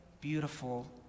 beautiful